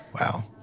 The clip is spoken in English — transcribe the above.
Wow